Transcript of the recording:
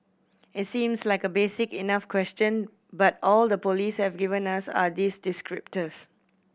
it seems like a basic enough question but all the police have given us are these descriptors